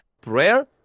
Prayer